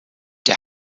der